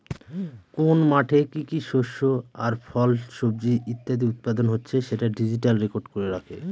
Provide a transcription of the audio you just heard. কোন মাঠে কি কি শস্য আর ফল, সবজি ইত্যাদি উৎপাদন হচ্ছে সেটা ডিজিটালি রেকর্ড করে রাখে